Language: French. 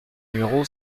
numéro